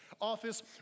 office